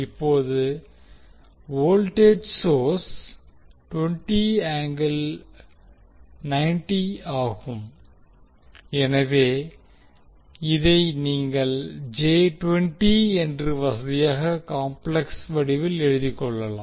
இப்போது voltage source ஆகும் எனவே இதை நீங்கள் என்று வசதியாக காம்ப்ளெக்ஸ் வடிவில் எழுதிக் கொள்ளலாம்